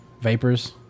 Vapors